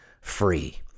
free